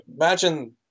Imagine